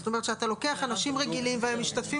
זאת אומרת כשאתה לוקח חלק והם משתתפים